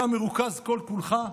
אתה מרוכז כל-כולך,